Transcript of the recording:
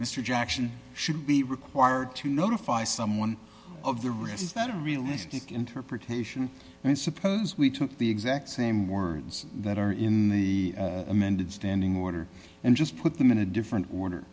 mr jackson should be required to notify someone of the risk is that a realistic interpretation and suppose we took the exact same words that are in the amended standing order and just put them in a different order